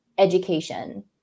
education